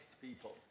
people